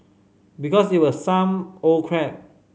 because it was some old crap